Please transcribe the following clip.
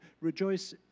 Rejoice